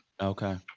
Okay